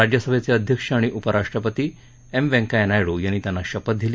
राज्यसभेचे अध्यक्ष आणि उपराष्ट्रपती वेंकय्या नायडू यांनी त्यांना शपथ दिली